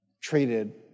treated